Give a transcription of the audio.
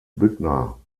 büttner